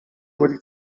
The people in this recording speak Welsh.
wedi